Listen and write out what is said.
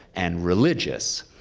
and religious,